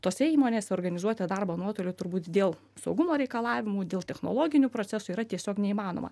tose įmonėse organizuoti darbą nuotoliu turbūt dėl saugumo reikalavimų dėl technologinių procesų yra tiesiog neįmanoma